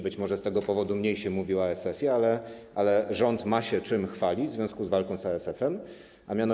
Być może z tego powodu mniej się mówi o ASF-ie, ale rząd ma się czym chwalić z związku z walką z ASF-em.